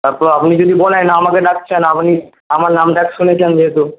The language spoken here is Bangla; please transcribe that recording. তারপর আপনি যদি বলেন আমাকে ডাকছেন আপনি আমার নামডাক শুনেছেন যেহেতু